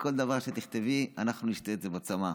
שכל דבר שתכתבי, אנחנו נשתה בצמא.